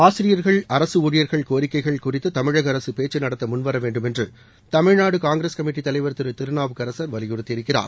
ஆசிரியர்கள் அரசு ஊழியர்கள் கோரிக்கைகள் குறித்து தமிழக அரசு பேச்சு நடத்த முன்வர வேண்டுமென்று தமிழ்நாடு காங்கிரஸ் கமிட்டித் தலைவர் திருநாவுக்கரசர் வலியுறுத்தியிருக்கிறார்